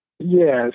Yes